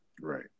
Right